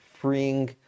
freeing